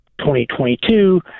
2022